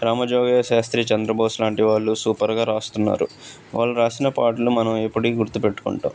రామజోగయ్య శాస్త్రి చంద్రబోసు లాంటి వాళ్ళు సూపర్గా రాస్తున్నారు వాళ్ళు రాసిన పాటలు మనం ఎప్పటికీ గుర్తుపెట్టుకుంటాము